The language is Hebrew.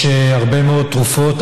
יש הרבה מאוד תרופות,